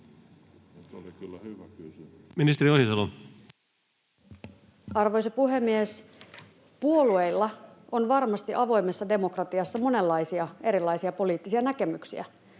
Content: Arvoisa puhemies! Puolueilla on varmasti avoimessa demokratiassa monenlaisia erilaisia poliittisia näkemyksiä.